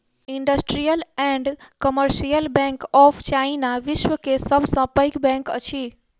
industrial and commercial bank of China, विश्व के सब सॅ पैघ बैंक अछि